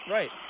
Right